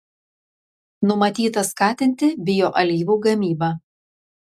numatyta skatinti bioalyvų gamybą